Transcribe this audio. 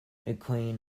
mclain